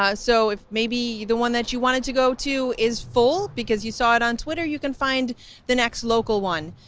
ah so if maybe the one that you wanted to go to is full, because you saw it on twitter, you can find the next local one.